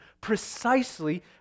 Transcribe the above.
precisely